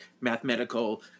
mathematical